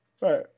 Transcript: Right